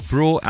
Pro